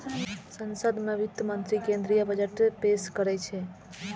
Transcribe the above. संसद मे वित्त मंत्री केंद्रीय बजट पेश करै छै